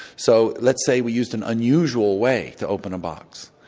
so let's say we used an unusual way to open a box.